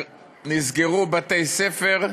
נסגרו בתי-ספר,